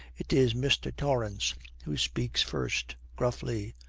it is mr. torrance who speaks first, gruffly.